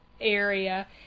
area